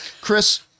Chris